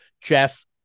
Jeff